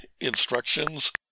instructions